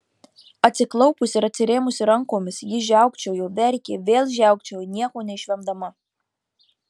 atsiklaupusi ir atsirėmusi rankomis ji žiaukčiojo verkė vėl žiaukčiojo nieko neišvemdama